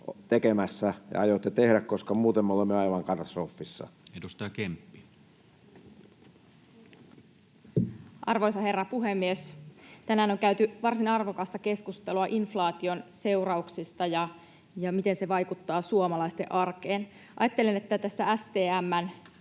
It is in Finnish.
tekemässä ja aiotte tehdä? Muuten me olemme aivan katastrofissa. Edustaja Kemppi. Arvoisa herra puhemies! Tänään on käyty varsin arvokasta keskustelua inflaation seurauksista ja siitä, miten se vaikuttaa suomalaisten arkeen. Ajattelen, että tässä STM:n